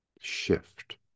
shift